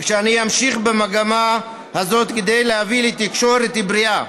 שאני אמשיך במגמה הזאת כדי להביא לתקשורת בריאה,